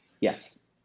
Yes